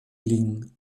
lin